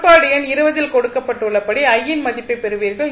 சமன்பாடு எண் ல் கொடுக்கப்பட்டுள்ளபடி i இன் மதிப்பைப் பெறுவீர்கள்